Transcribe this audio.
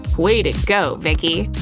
way to go, vicki!